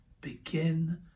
begin